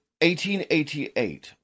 1888